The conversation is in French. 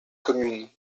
commune